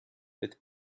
with